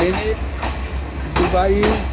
Venice Dubai